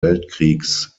weltkriegs